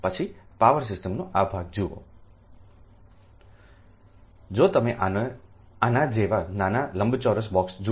પછી પાવર સિસ્ટમનો આ ભાગ જુઓ જો તમે આના જેવા નાના લંબચોરસ બોક્સ જુઓ